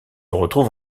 retrouve